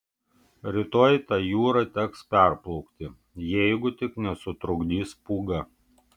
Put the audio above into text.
rytoj tą jūrą teks perplaukti jeigu tik nesutrukdys pūga